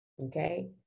okay